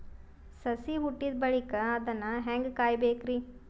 ಸಸಿ ಹುಟ್ಟಿದ ಬಳಿಕ ಅದನ್ನು ಹೇಂಗ ಕಾಯಬೇಕಿರಿ?